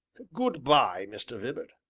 good-by, mr. vibart,